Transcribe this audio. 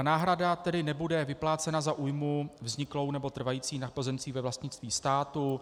Náhrada tedy nebude vyplácena za újmu vzniklou nebo trvající na pozemcích ve vlastnictví státu.